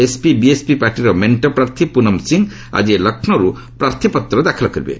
SP BSP ପାର୍ଟିର ମେଣ୍ଟ ପ୍ରାର୍ଥୀ ପୁନମ ସିଂ ଆଜି ଲକ୍ଷ୍ନୌରୁ ପ୍ରାର୍ଥୀପତ୍ର ଦାଖଲ କରିବେ